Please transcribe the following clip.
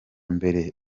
mbere